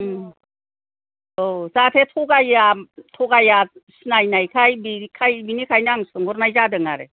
औ जाहाथे थगाया सिनाय नायखाय बिखाय बिनिखायनो आं सोंहरनाय जादों आरो